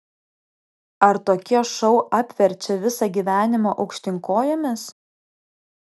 ar tokie šou apverčia visą gyvenimą aukštyn kojomis